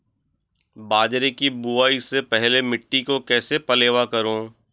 बाजरे की बुआई से पहले मिट्टी को कैसे पलेवा करूं?